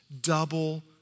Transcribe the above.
double